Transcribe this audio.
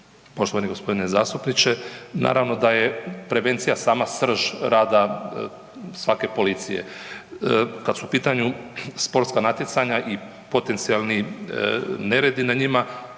Poštovani g. zastupniče, naravno da je prevencija sama srž rada svake policije. Kad su u pitanju sportska natjecanja i potencijalni neredi na njima